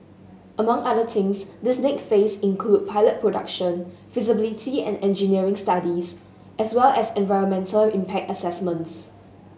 among other things this next phase include pilot production feasibility and engineering studies as well as environmental impact assessments